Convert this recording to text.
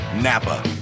Napa